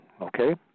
okay